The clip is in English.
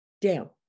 Down